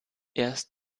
erst